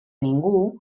ningú